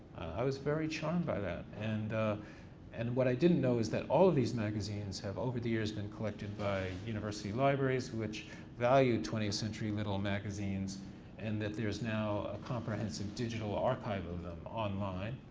i was very charmed by that and and what i didn't know is that all of these magazines have over the years been collected by university libraries which value twentieth century little magazines and that there's now a comprehensive digital archive of them online,